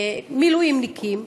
מילואימניקים,